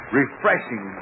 refreshing